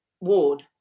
ward